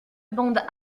bande